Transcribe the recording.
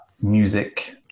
music